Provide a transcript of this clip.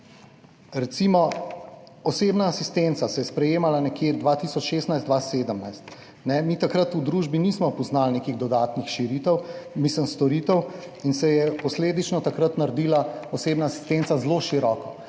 Recimo, osebna asistenca se je sprejemala nekje 2016, 2017. Mi takrat v družbi nismo poznali nekih dodatnih širitev, mislim, storitev, in se je posledično takrat naredila osebna asistenca zelo široko,